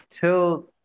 till